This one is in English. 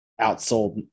outsold